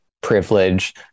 privilege